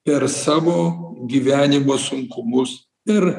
per savo gyvenimo sunkumus ir